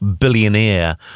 billionaire